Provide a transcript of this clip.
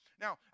Now